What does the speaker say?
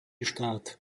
štát